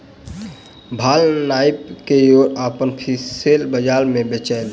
भार नाइप के ओ अपन फसिल बजार में बेचलैन